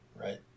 right